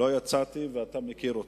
לא יצאתי, ואתה מכיר אותי.